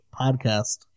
podcast